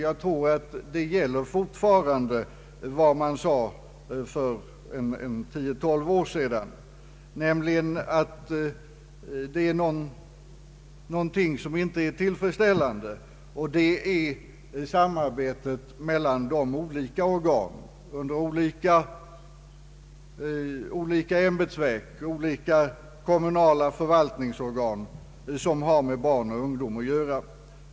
Jag tror att vad man sade för tio—tolv år sedan fortfarande gäller, nämligen att det inte råder ett tillfredsställande samarbete mellan de olika organ, mellan olika ämbetsverk och olika kommunala organ, som har med barn och ungdom att göra.